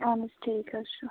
آہَن حظ ٹھیٖک حظ چھُ